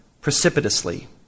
precipitously